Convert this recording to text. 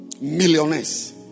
millionaires